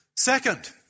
Second